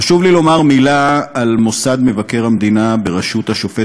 חשוב לי לומר מילה על מוסד מבקר המדינה בראשות השופט